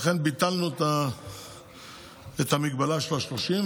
לכן ביטלנו את המגבלה של 30,